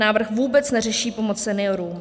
Návrh vůbec neřeší pomoc seniorům.